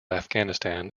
afghanistan